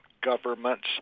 governments